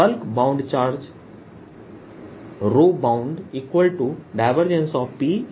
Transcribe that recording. bulk bound charge BoundP0है क्योंकि P स्थिर है